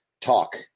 talk